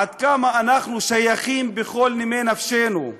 עד כמה אנחנו שייכים בכל נימי נפשנו,